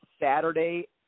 Saturday